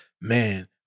Man